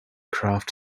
craft